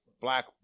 Black